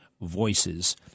voices